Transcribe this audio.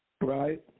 Right